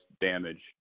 damage